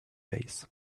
face